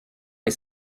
les